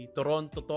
Toronto